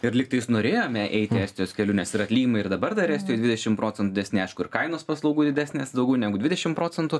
ir lygtais norėjome eiti estijos keliu nes ir atlyginimai ir dabar dar estijoj dvidešim procentų didesni aišku ir kainos paslaugų didesnės daugiau negu dvidešim procentų